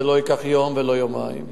זה לא ייקח יום ולא יומיים.